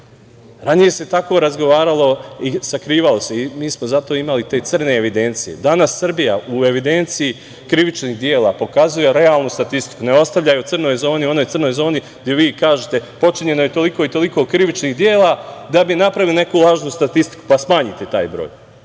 ranije se tako razgovaralo i sakrivalo se i mi smo zato imali te crne evidencije. Danas Srbija u evidenciji krivičnih dela pokazuje realnu statistiku, ne ostavljaju crnoj zoni, onoj crnoj zoni gde vi kažete – počinjeno je toliko i toliko krivičnih dela da bi napravili neku lažnu statistiku, pa smanjite taj broj,